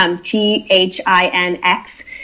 T-H-I-N-X